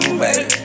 baby